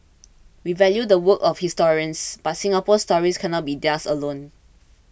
we value the work of historians but Singapore's story cannot be theirs alone